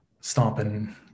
stomping